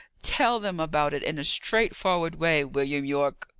tell them about it in a straightforward way, william yorke.